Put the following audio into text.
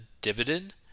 dividend